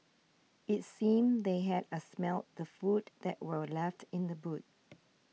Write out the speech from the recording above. it seemed they had a smelt the food that were left in the boot